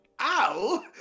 Ow